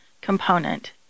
component